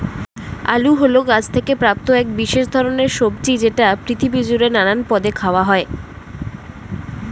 আলু হল গাছ থেকে প্রাপ্ত এক বিশেষ ধরণের সবজি যেটি পৃথিবী জুড়ে নানান পদে খাওয়া হয়